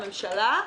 הממשלה,